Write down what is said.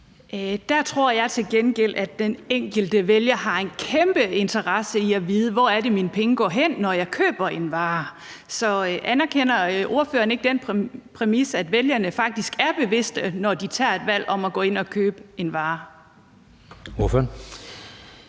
Der tror jeg til gengæld, at den enkelte vælger har en kæmpe interesse i at vide, hvor pengene går hen, når vedkommende køber en vare. Så anerkender ordføreren ikke den præmis, at vælgerne faktisk er bevidste, når de tager et valg om at gå ind og købe en vare? Kl.